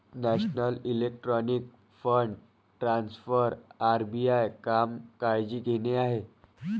national electronic fund transfer RBI काम काळजी घेणे आहे